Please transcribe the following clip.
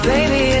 Baby